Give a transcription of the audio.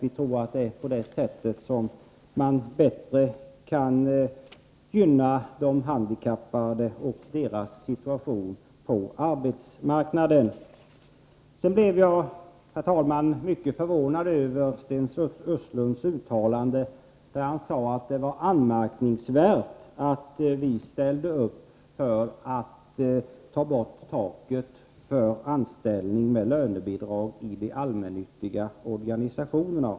Vi tror att man på det sättet bättre kan gynna de handikappade och stärka deras situation på arbetsmarknaden. Herr talman! Jag blev mycket förvånad över Sten Östlunds uttalande att det var anmärkningsvärt att vi ställer upp för att ta bort taket för anställning med lönebidrag i de allmännyttiga organisationerna.